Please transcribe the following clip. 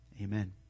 Amen